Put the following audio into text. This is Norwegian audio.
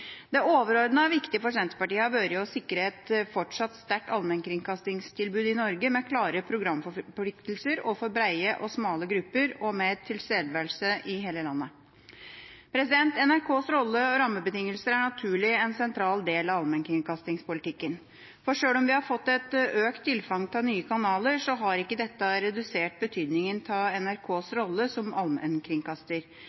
Det overordnet viktige for Senterpartiet har vært å sikre et fortsatt sterkt allmennkringkastingstilbud i Norge, med klare programforpliktelser overfor brede og smale grupper og med tilstedeværelse i hele landet. NRKs rolle og rammebetingelser er naturlig en sentral del av allmennkringkastingspolitikken, for sjøl om vi har fått et økt tilfang av nye kanaler, har ikke dette redusert betydningen av NRKs